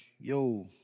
yo